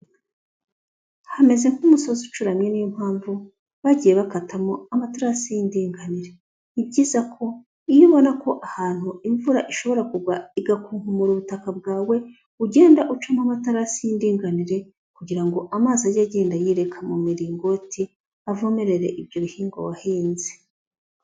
Hameze nk'umusozi ucuramye niyo mpamvu, bagiye bakatamo amaterasi y'indinganire. Ni byiza ko iyo ubona ko ahantu imvura ishobora kugwa igakunkumura ubutaka bwawe, ugenda ucamo amatarasi y'indinganire kugira ngo amazi ajye agenda yireka mu miringoti, avomerere ibyo bihingwa wahinze.